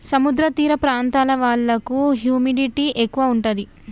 సముద్ర తీర ప్రాంతాల వాళ్లకు హ్యూమిడిటీ ఎక్కువ ఉంటది